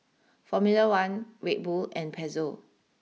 Formula one Red Bull and Pezzo